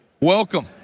Welcome